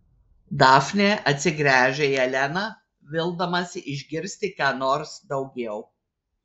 dafnė atsigręžia į eleną vildamasi išgirsti ką nors daugiau